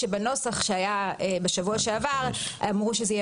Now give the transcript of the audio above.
שבנוסח שהיה בשבוע שעבר אמרו שזה יהיה